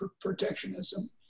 protectionism